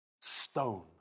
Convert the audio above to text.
stone